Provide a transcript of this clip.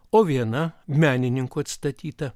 o viena menininkų atstatyta